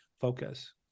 focus